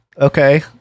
okay